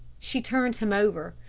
she turned him over.